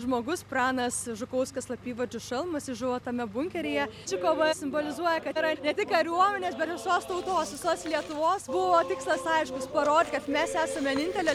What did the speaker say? žmogus pranas žukauskas slapyvardžiu šalmas jis žuvo tame bunkeryje ši kova simbolizuoja kad yra ne tik kariuomenės bet visos tautos visos lietuvos buvo tikslas aiškus parodyt kad mes esam vienintelė